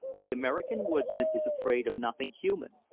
the american woodsman is afraid of nothing human.